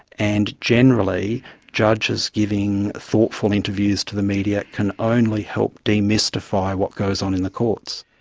and generally judges giving thoughtful interviews to the media can only help demystify what goes on in the courts.